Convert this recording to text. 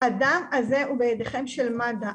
הדם הזה בידיים של מד"א.